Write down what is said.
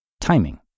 Timing